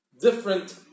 different